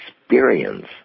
experience